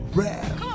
rap